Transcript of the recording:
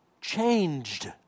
changed